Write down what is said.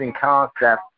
concept